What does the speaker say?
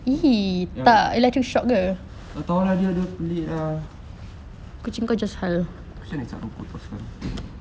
tak tahu lah dia dia pelik lah macam nak hisap rokok ah sekarang